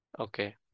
okay